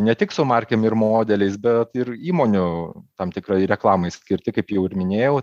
ne tik su markėm ir modeliais bet ir įmonių tam tikrai reklamai skirti kaip jau ir minėjau